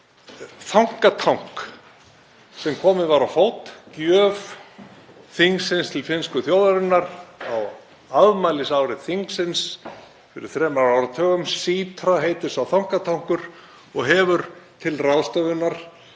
þankatank sem komið var á fót, gjöf þingsins til finnsku þjóðarinnar á afmælisári þingsins, fyrir þremur áratugum. SITRA heitir sá þankatankur og hefur til ráðstöfunar